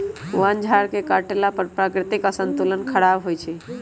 वन झार के काटला पर प्राकृतिक संतुलन ख़राप होइ छइ